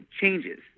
changes